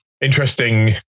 Interesting